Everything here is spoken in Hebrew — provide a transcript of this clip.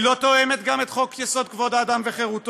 היא לא תואמת גם את חוק-יסוד: כבוד האדם וחירותו,